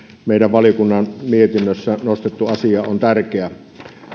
meidän valiokuntamme mietinnössä nostettu asia on tärkeä